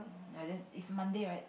I didn't it's Monday right